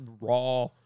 raw